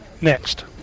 next